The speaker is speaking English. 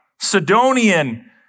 Sidonian